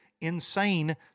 insane